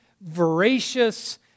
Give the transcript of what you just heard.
voracious